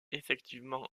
effectivement